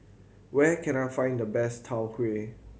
where can I find the best Tau Huay